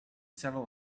several